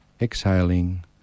exhaling